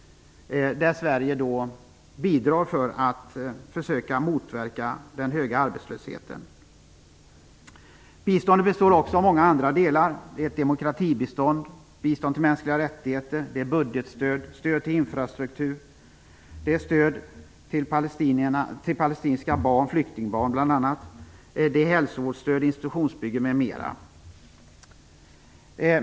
Sverige bidrar för att försöka motverka den höga arbetslösheten. Biståndet består också av många andra delar: demokratibistånd, bistånd för mänskliga rättigheter, budgetstöd, stöd till infrastruktur, stöd till palestinska flyktingbarn, hälsovårdsstöd, stöd till institutionsuppbyggnad m.m.